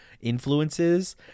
influences